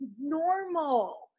normal